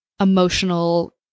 emotional